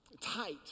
tight